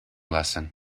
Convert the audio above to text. lesson